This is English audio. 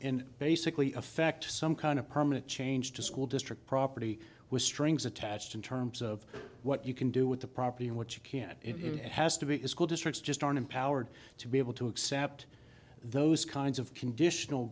and basically effect some kind of permanent change to school district property with strings attached in terms of what you can do with the property and what you can it has to be to school districts just aren't empowered to be able to accept those kinds of conditional